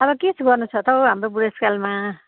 अब के चाहिँ गर्नु छ त हौ हाम्रो बुढेसकालमा